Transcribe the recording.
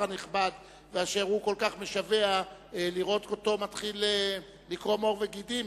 הנכבד ואשר הוא כל כך משווע לראותו קורם עור וגידים.